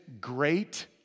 great